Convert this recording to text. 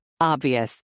Obvious